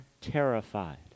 terrified